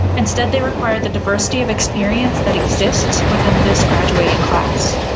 instead, they require the diversity of experience that exists within this graduating class.